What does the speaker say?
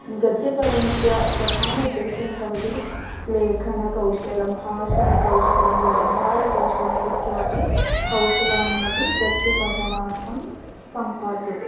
गद्यपठनस्य प्रधानम् उद्देश्यं भवति लेखनकौशलं भाषणकौशलं व्यवहारकौशलम् इत्यपि कौशलानि अपि गद्यपठनार्थं सम्पाद्यन्ते